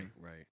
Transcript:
right